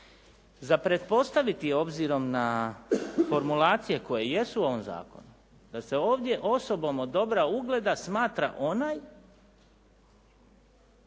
Za pretpostaviti je obzirom na formulacije koje jesu u ovom zakonu da se ovdje osobom od dobra ugleda smatra onaj